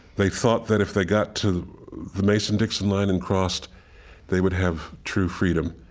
they thought that if they got to the mason-dixon line and crossed they would have true freedom.